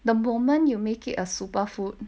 the moment you make it a super food